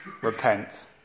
repent